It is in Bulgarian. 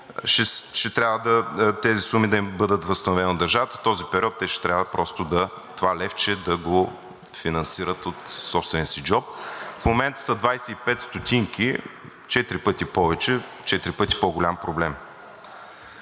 ще трябва тези суми да им бъдат възстановени от държавата. Но в този период те ще трябва това левче да го финансират от собствения си джоб. В момента са 25 ст. – четири повече, четири пъти по-голям проблем.